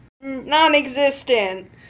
non-existent